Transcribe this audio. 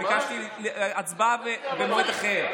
ביקשתי הצבעה במועד אחר,